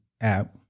app